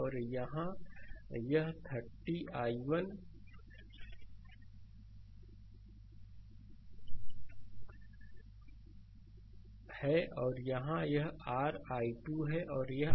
और यहाँ यह 30 i1 है और यहाँ यह r i2 है